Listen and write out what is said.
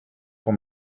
pour